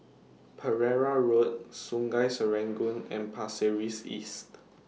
Pereira Road Sungei Serangoon and Pasir Ris East